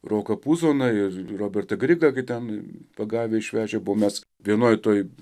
roką puzoną ir robertą grigą kai ten pagavę išvežę buvo mes vienoj toj